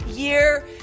Year